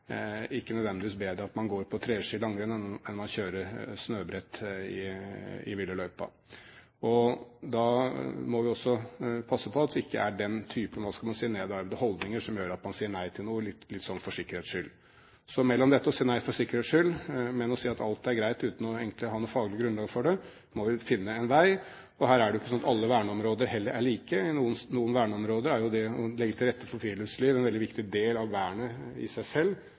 ikke nødvendigvis bedre at man går på langrenn med treski enn at man kjører snøbrett i Wyllerløypa. Da må vi også passe på at det ikke er den typen – hva skal man si – nedarvede holdninger som gjør at man sier nei til noe, litt for sikkerhets skyld. Så mellom det å si nei for sikkerhets skyld og det å si at alt er greit, uten egentlig å ha noe faglig grunnlag for det, må vi finne en vei. Her er det heller ikke slik at alle verneområder er like. I noen verneområder er det å legge til rette for friluftsliv en veldig viktig del av vernet i seg selv.